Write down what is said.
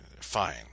fine